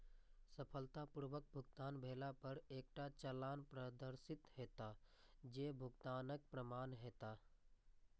सफलतापूर्वक भुगतान भेला पर एकटा चालान प्रदर्शित हैत, जे भुगतानक प्रमाण हैत